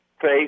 face